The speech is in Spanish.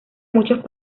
muchos